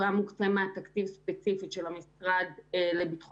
הוא היה מוקצה מהתקציב הספציפי של המשרד לביטחון